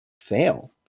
Fail